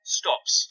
stops